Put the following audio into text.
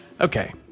Okay